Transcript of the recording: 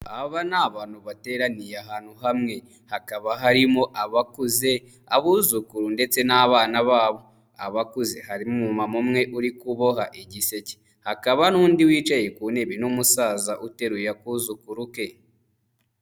Aba ni abantu bateraniye ahantu hamwe. Hakaba harimo abakuze, abuzukuru ndetse n'abana babo. Abakuze harimo umumama umwe uri kuboha igiseke, hakaba n'undi wicaye ku ntebe n'umusaza uteruye akuzukuru ke.